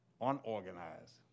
unorganized